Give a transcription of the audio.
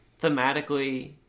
thematically